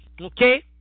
Okay